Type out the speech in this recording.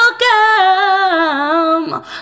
welcome